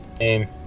Aim